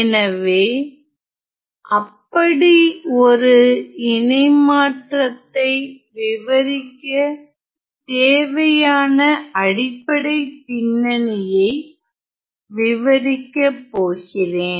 எனவே அப்படி ஒரு இணைமற்றதை விவரிக்க தேவையான அடிப்படை பின்னனியை விவரிக்க போகிறேன்